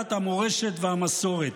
בעלת המורשת והמסורת.